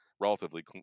relatively